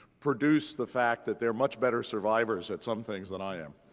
produce the fact that they're much better survivors at some things than i am.